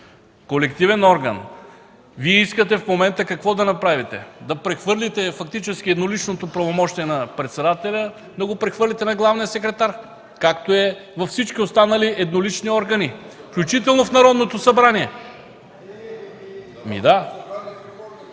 колективен орган. В момента Вие какво искате да направите? Фактически едноличното правомощие на председателя да го прехвърлите на главния секретар, както е във всички останали еднолични органи, включително в Народното събрание.